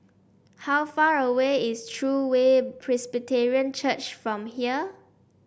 how far away is True Way Presbyterian Church from here